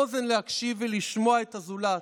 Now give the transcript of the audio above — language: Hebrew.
אוזן להקשיב ולשמוע את הזולת,